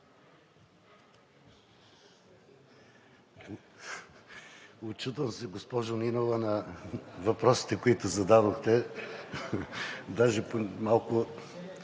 Учудвам се, госпожо Нинова, на въпросите, които зададохте. Даже малко